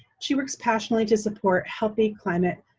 she works passionately to support healthy climate,